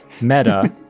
Meta